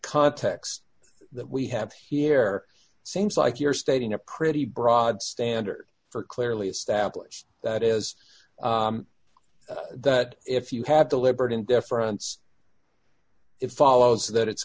context that we have here seems like you're stating a pretty broad standard for clearly established that is that if you have the liberty and deference it follows that it's